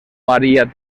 maría